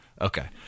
okay